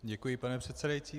Děkuji, pane předsedající.